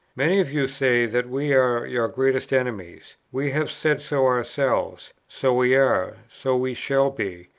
many of you say that we are your greatest enemies we have said so ourselves so we are, so we shall be,